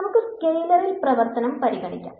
നമുക്ക് സ്കെയിലർ പ്രവർത്തനം പരിഗണിക്കാം